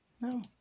No